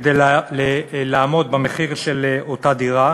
כדי לעמוד במחיר של אותה דירה,